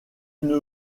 une